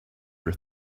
her